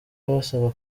abasaba